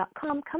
Come